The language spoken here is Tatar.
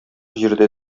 җирдә